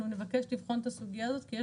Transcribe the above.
אנחנו נבקש לבחון את הסוגיה הזאת כי יש